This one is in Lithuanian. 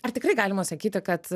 ar tikrai galima sakyti kad